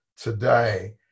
today